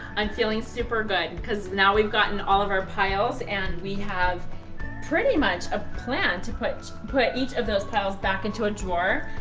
i'm feeling super good because now we've gotten all our piles, and we have pretty much a plan to put put each of those piles back into a drawer.